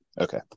Okay